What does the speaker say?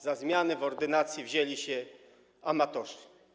Za zmiany w ordynacji wzięli się amatorzy.